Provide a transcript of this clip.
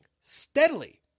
steadily